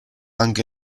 anche